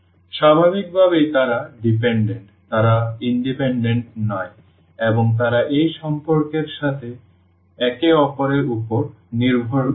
সুতরাং স্বাভাবিকভাবেই তারা নির্ভরশীল তারা স্বাধীন নয় এবং তারা এই সম্পর্কের সাথে একে অপরের উপর নির্ভর করে